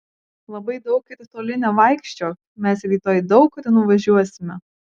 labai daug ir toli nevaikščiok mes rytoj daug kur nuvažiuosime